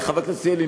חבר הכנסת ילין,